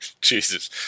Jesus